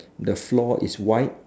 the floor is white